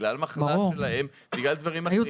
בגלל מחלה שלהם ועוד.